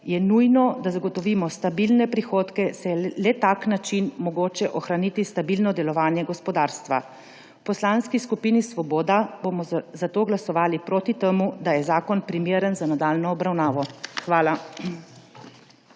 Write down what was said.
je nujno, da zagotovimo stabilne prihodke, saj je le na tak način mogoče ohraniti stabilno delovanje gospodarstva. V Poslanski skupini Svoboda bomo zato glasovali proti temu, da je zakon primeren za nadaljnjo obravnavo. Hvala.